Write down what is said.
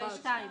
הרביזיה (32)